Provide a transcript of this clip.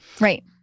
Right